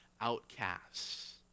outcasts